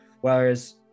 Whereas